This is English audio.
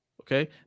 okay